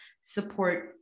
support